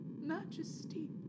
Majesty